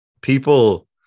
people